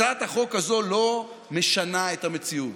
הצעת החוק הזאת לא משנה את המציאות,